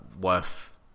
worth